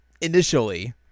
initially